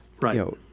Right